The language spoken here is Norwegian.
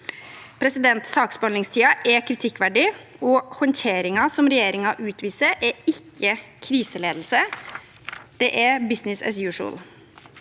fjor vår. Saksbehandlingstiden er kritikkverdig, og håndteringen som regjeringen utviser, er ikke kriseledelse – det er «business as usual».